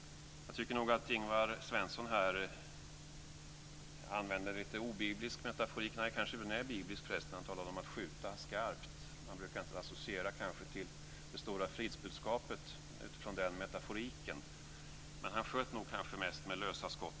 Jag tycker att Ingvar Svensson här använder en obiblisk metaforik - han talar om att skjuta skarpt. Förresten kanske den är biblisk, även om man kanske inte brukar associera till det stora fridsbudskapet utifrån den metaforiken, men han sköt nog mest med lösa skott.